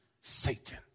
Satan